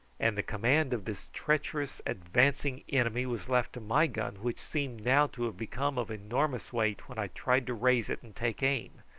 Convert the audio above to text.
and the command of this treacherous advancing enemy was left to my gun, which seemed now to have become of enormous weight when i tried to raise it and take aim.